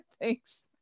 thanks